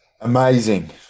Amazing